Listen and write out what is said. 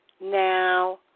Now